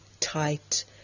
tight